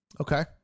Okay